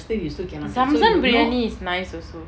zam zam briyani is nice also